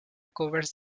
covers